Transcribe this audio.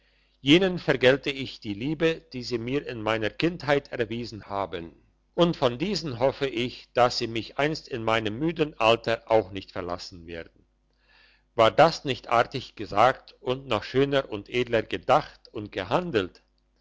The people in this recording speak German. jenen vergelte ich die liebe die sie mir in meiner kindheit erwiesen haben und von diesen hoffe ich dass sie mich einst in meinem müden alter auch nicht verlassen werden war das nicht artig gesagt und noch schöner und edler gedacht und gehandelt